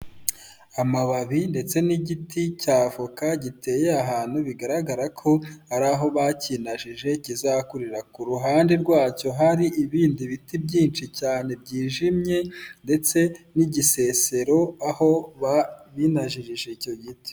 Amababi ndetse n'igiti cy'avoka giteye ahantu bigaragara ko hari aho bakinajije kizakurira, ku ruhande rwacyo hari ibindi biti byinshi cyane byijimye ndetse n'igisesero aho binajirije icyo giti.